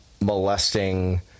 molesting